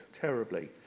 terribly